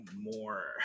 more